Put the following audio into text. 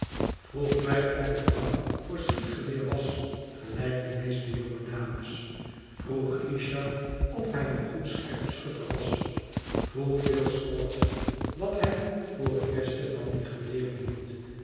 vroeg mij of ik bang voor schietgeweer was gelijk de meeste jonge dames vroeg kichard of hij een goed scherpschutter was vroeg phil squod wat hij voor het beste van die geweren hield